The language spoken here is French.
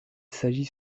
s’agit